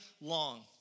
long